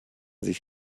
sich